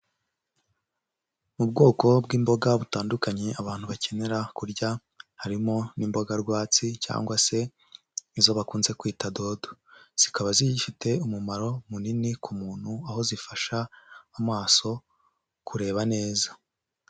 Mu bwoko bw'imboga butandukanye, abantu bakenera kurya. Harimo n'imboga rwatsi, cyangwa se izo bakunze kwita dodo. Zikaba zifite umumaro munini ku muntu, aho zifasha amaso kureba neza.